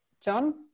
John